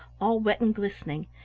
all wet and glistening,